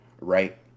right